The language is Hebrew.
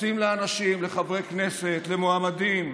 מציעים לאנשים, לחברי כנסת, למועמדים,